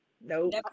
Nope